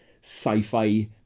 sci-fi